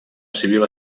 civil